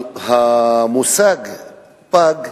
"פג"